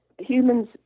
Humans